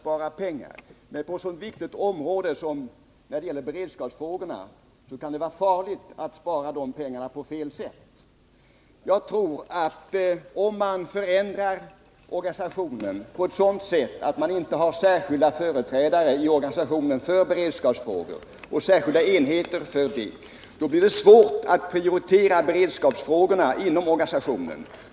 Herr talman! Det är bra att man sparar pengar, men på ett så viktigt område som detta kan det vara farligt att spara pengar på fel sätt. Om man förändrar socialstyrelsens organisation på ett sådant sätt att det i organisationen inte finns särskilda företrädare och enheter för beredskapsfrågorna, blir det svårt att inom organisationen prioritera dessa beredskapsfrågor.